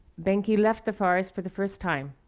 benki left the forest for the first time.